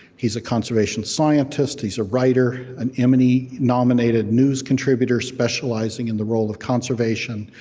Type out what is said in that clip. he's a conservation scientist. he's a writer, an emmy nominated news contributor specializing and the role of conservation,